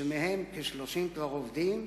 שמהם כ-30 כבר עובדים,